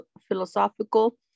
philosophical